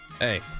Hey